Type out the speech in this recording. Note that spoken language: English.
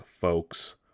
folks